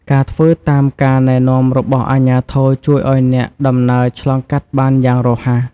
ការធ្វើតាមការណែនាំរបស់អាជ្ញាធរជួយឱ្យអ្នកដំណើរឆ្លងកាត់បានយ៉ាងរហ័ស។